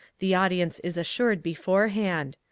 the audience is assured beforehand.